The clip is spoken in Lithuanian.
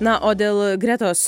na o dėl gretos